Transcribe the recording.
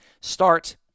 start